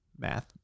math